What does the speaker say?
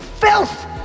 Filth